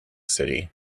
city